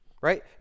right